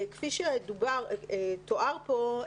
כפי שתואר פה,